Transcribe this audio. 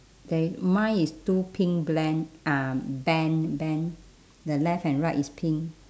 there i~ mine is two pink blend um band band the left and right is pink